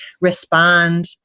respond